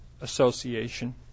Association